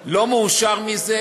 לא מאושר מזה,